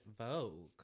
Vogue